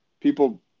people